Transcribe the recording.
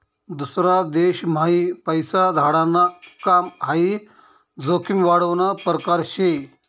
दूसरा देशम्हाई पैसा धाडाण काम हाई जोखीम वाढावना परकार शे